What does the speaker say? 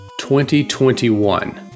2021